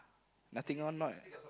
nothing on not